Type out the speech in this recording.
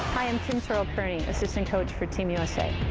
i'm kim terrell-kearney, assistant coach for team usa.